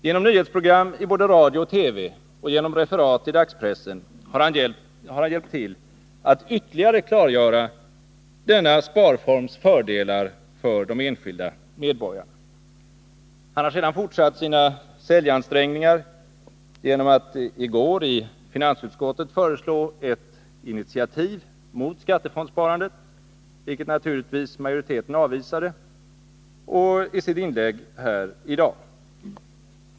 Genom nyhetsprogram i både radio och TV och genom referat i dagspressen har han hjälpt till att ytterligare klargöra denna sparforms fördelar för de enskilda medborgarna. Han har sedan fortsatt sina säljansträngningar genom att i går i finansutskottet föreslå initiativ mot skattefondssparandet, vilket naturligtvis majoriteten i utskottet avvisade, och genom att hålla sitt inlägg här i dag.